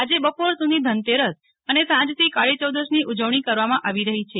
આજે બપોર સુધી ધનતેરસ અને સાંજથી કાળી ચૌદસની ઉજવણી કરવામાં આવી રહી છે